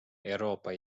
euroopa